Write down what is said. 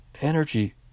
energy